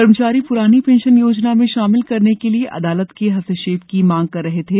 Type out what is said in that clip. कर्मचारी पुरानी पेंशन योजना में शामिल करने के लिए अदालत के हस्तक्षेप की मांग कर रहे थे